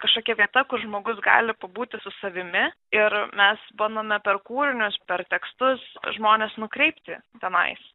kažkokia vieta kur žmogus gali pabūti su savimi ir mes bandome per kūrinius per tekstus žmones nukreipti tenais